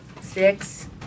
six